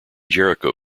jericho